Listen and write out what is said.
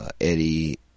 Eddie